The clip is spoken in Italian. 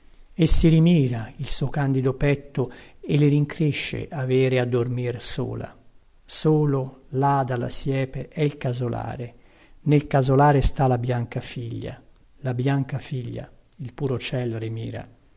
e si rimira il suo candido petto e le rincresce avere a dormir sola solo là dalla siepe è il casolare nel casolare sta la bianca figlia la bianca figlia il puro ciel rimira